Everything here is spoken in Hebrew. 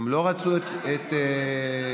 כמה?